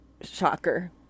shocker